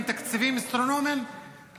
עם תקציבים אסטרונומיים,